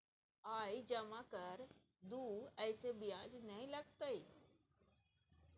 आय जमा कर दू ऐसे ब्याज ने लगतै है?